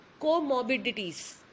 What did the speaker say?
comorbidities